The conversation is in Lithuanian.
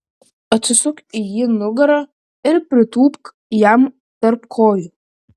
atsisuk į jį nugara ir pritūpk jam tarp kojų